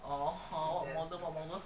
oh how what model what model